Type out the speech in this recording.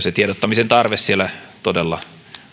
se tiedottamisen tarve siellä todella